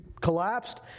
collapsed